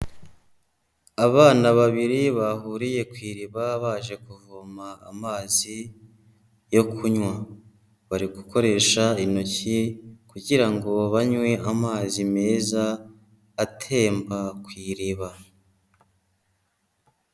Abana babiri bahuriye ku iriba baje kuvoma amazi yo kunywa, bari gukoresha intoki kugira ngo banywe amazi meza atemba ku iriba.